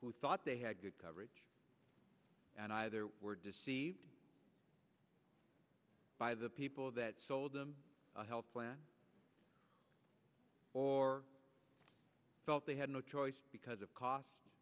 who thought they had good coverage and either were deceived by the people that sold them a health plan or felt they had no choice because of cost